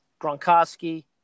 Gronkowski